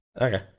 Okay